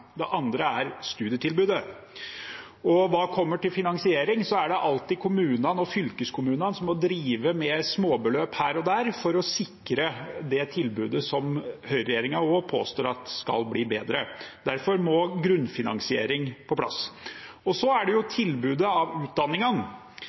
Det andre er studietilbudet. Hva gjelder finansering, er det alltid kommunene og fylkeskommunene som må drive med småbeløp her og der for å sikre det tilbudet som også høyreregjeringen påstår skal bli bedre. Derfor må grunnfinansiering på plass. Så er det